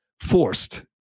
forced